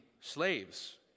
slaves